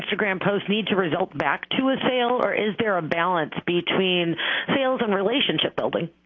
instagram post need to result back to a sale or is there a balance between sales and relationship building?